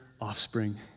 offspring